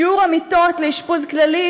שיעור המיטות לאשפוז כללי,